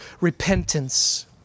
repentance